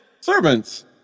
Servants